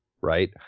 right